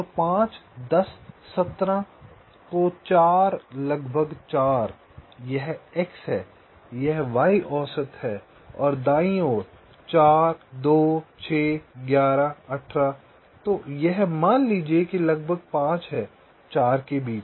तो 5 10 17 को 4 लगभग 4 यह x है यह y औसत है और दाईं ओर 4 2 6 11 18 तो यह मान लीजिये लगभग 5 है 4 के बीच